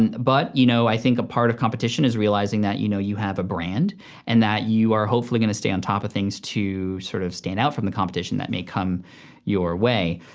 and but, you know, i think a part of competition is realizing that you know you have a brand and that you are hopefully gonna stay on top of things to sort of stand out from the competition that may come your way.